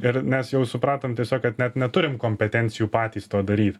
ir nes jau supratom tiesiog kad net neturim kompetencijų patys to daryt